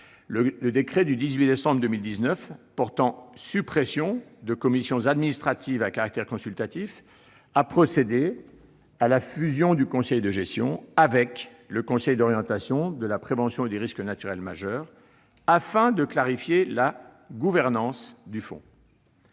le décret du 18 décembre 2019 portant suppression de commissions administratives à caractère consultatif a procédé à la fusion du conseil de gestion avec le Conseil d'orientation pour la prévention des risques naturels majeurs, afin de clarifier la gouvernance du fonds.